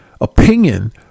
opinion